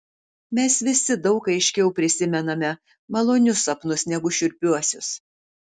mes visi daug aiškiau prisimename malonius sapnus negu šiurpiuosius